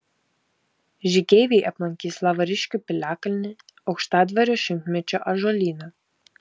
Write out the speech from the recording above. žygeiviai aplankys lavariškių piliakalnį aukštadvario šimtmečio ąžuolyną